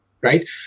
Right